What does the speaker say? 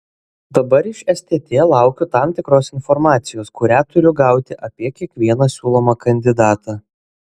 dabar iš stt laukiu tam tikros informacijos kurią turiu gauti apie kiekvieną siūlomą kandidatą